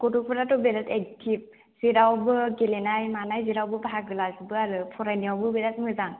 गथ' फ्राथ' बिराद एखथिब जेरावबो गेलेनाय मानाय जेरावबो बाहागो लाजोबो आरो फरायनायावबो बिराद मोजां